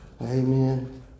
Amen